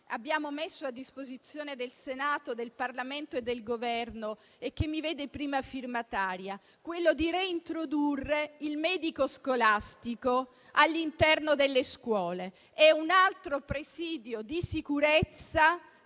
abbiamo messo a disposizione del Senato, del Parlamento e del Governo e che mi vede prima firmataria, quello di reintrodurre il medico scolastico all'interno delle scuole. È un altro presidio di sicurezza